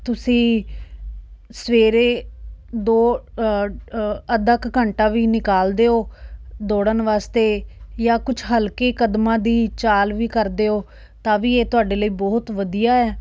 ਤੁਸੀਂ ਸਵੇਰੇ ਦੋ ਅੱਧਾ ਕੁ ਘੰਟਾ ਵੀ ਨਿਕਾਲਦੇ ਹੋ ਦੌੜਨ ਵਾਸਤੇ ਜਾਂ ਕੁਛ ਹਲਕੇ ਕਦਮਾਂ ਦੀ ਚਾਲ ਵੀ ਕਰਦੇ ਹੋ ਤਾਂ ਵੀ ਇਹ ਤੁਹਾਡੇ ਲਈ ਬਹੁਤ ਵਧੀਆ ਹੈ